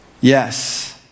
Yes